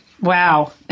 wow